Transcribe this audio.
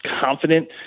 confident